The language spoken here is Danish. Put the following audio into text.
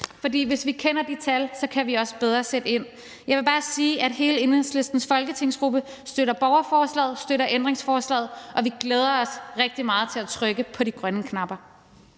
for hvis vi kender de tal, kan vi også bedre sætte ind. Jeg vil bare sige, at hele Enhedslistens folketingsgruppe støtter borgerforslaget, støtter ændringsforslaget, og vi glæder os rigtig meget til at trykke på de grønne knapper.